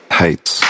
hates